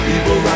People